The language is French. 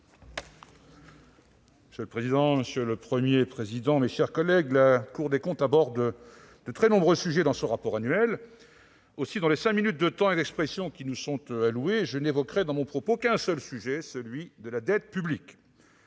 Monsieur le président, monsieur le Premier président de la Cour des comptes, mes chers collègues, la Cour des comptes aborde de très nombreux sujets dans son rapport public annuel. Aussi, dans les cinq minutes de temps d'expression qui nous sont alloués, je n'évoquerai qu'un seul sujet, celui de la dette publique.